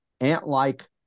ant-like